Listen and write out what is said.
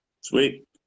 sweet